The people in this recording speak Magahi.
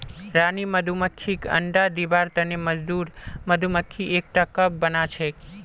रानी मधुमक्खीक अंडा दिबार तने मजदूर मधुमक्खी एकटा कप बनाछेक